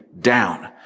down